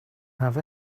have